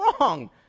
wrong